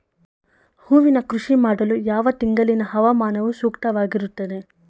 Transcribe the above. ಹೂವಿನ ಕೃಷಿ ಮಾಡಲು ಯಾವ ತಿಂಗಳಿನ ಹವಾಮಾನವು ಸೂಕ್ತವಾಗಿರುತ್ತದೆ?